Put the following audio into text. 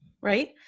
right